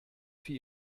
für